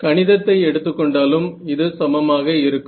கணிதத்தை எடுத்துக்கொண்டாலும் இது சமமாக இருக்கும்